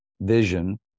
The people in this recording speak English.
vision